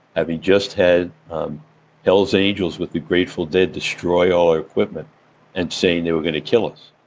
having just had hell's angels with the grateful dead destroy all our equipment and saying they were gonna kill us.